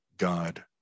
God